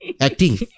Acting